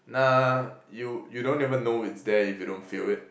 nah you you don't even know it's there if you don't feel it